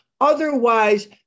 Otherwise